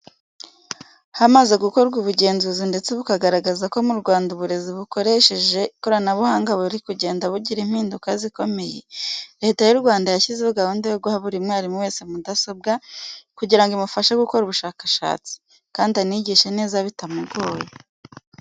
Hamaze gukorwa ubugenzuzi ndetse bukagaragaza ko mu Rwanda uburezi bukoresheje ikoranabuhanga buri kugenda bugira impinduka zikomeye, Leta y'u Rwanda yashyizeho gahunda yo guha buri mwarimu wese mudasobwa kugira ngo imufashe gukora ubushakashatsi, kandi anigishe neza bitamugoye.